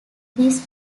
these